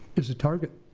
is a target.